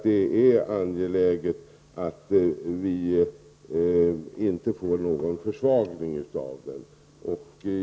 Det är angeläget att det inte blir någon försvagning av besvärsrätten.